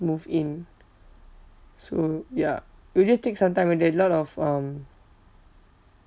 move in so ya it will just take some time when there's lot of um